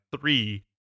three